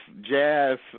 jazz